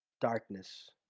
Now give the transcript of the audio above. darkness